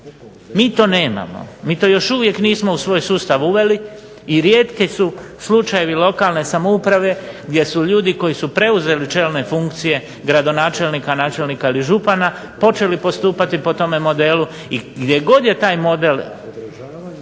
Mi to nemamo, mi to još uvijek nismo u svoj sustav uveli i rijetki su slučajevi lokalne samouprave gdje su ljudi koji su preuzeli čelne funkcije gradonačelnika, načelnika ili župana počeli postupati po tome modelu i gdje god je taj model